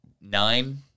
nine